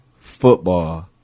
football